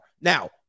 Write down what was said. now